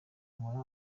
nkora